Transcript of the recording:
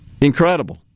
Incredible